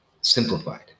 simplified